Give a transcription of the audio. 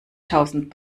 tausend